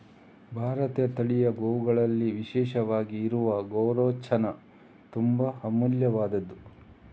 ಭಾರತೀಯ ತಳಿಯ ಗೋವುಗಳಲ್ಲಿ ವಿಶೇಷವಾಗಿ ಇರುವ ಗೋರೋಚನ ತುಂಬಾ ಅಮೂಲ್ಯವಾದ್ದು